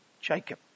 Jacob